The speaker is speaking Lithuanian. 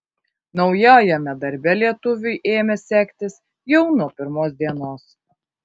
naujajame darbe lietuviui ėmė sektis jau nuo pirmos dienos